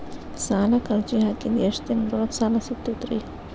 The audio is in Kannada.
ಸಾಲಕ್ಕ ಅರ್ಜಿ ಹಾಕಿದ್ ಎಷ್ಟ ದಿನದೊಳಗ ಸಾಲ ಸಿಗತೈತ್ರಿ?